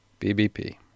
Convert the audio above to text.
BBP